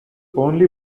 only